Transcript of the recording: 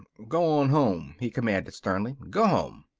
go on home! he commanded sternly. go home!